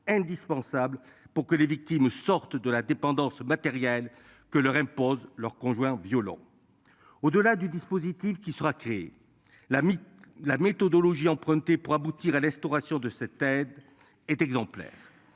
indispensable pour que les victimes sortent de la dépendance matérielle que leur impose leur conjoint violent. Au delà du dispositif qui sera créé la. La méthodologie emprunter pour aboutir à l'instauration de cette aide est exemplaire.